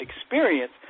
experience